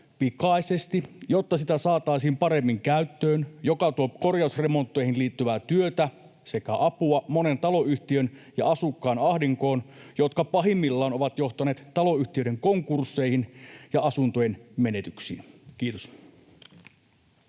pikaisesti, jotta sitä saataisiin paremmin käyttöön, mikä tuo korjausremontteihin liittyvää työtä sekä apua monen taloyhtiön ja asukkaan ahdinkoihin, jotka pahimmillaan ovat johtaneet taloyhtiöiden konkursseihin ja asuntojen menetyksiin. — Kiitos.